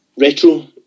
retro